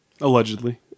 Allegedly